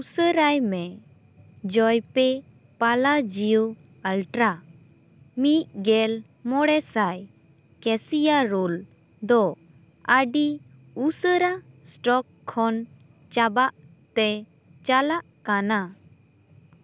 ᱩᱥᱟᱹᱨᱟᱭ ᱢᱮ ᱡᱳᱭᱯᱮ ᱯᱟᱞᱟ ᱡᱤᱭᱳ ᱟᱞᱴᱨᱟ ᱢᱤᱫᱜᱮᱞ ᱢᱚᱬᱮᱥᱟᱭ ᱠᱮᱥᱤᱭᱟ ᱨᱳᱞ ᱫᱚ ᱟᱹᱰᱤ ᱩᱥᱟᱹᱨᱟ ᱥᱴᱚᱠ ᱠᱷᱚᱱ ᱪᱟᱵᱟᱜ ᱛᱮ ᱪᱟᱞᱟᱜ ᱠᱟᱱᱟ